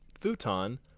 futon